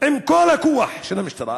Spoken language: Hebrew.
עם כל הכוח של המשטרה.